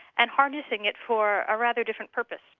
and harnessing it for a rather different purpose.